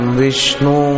vishnu